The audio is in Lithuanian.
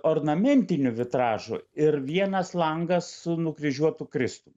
ornamentinių vitražų ir vienas langas su nukryžiuotu kristum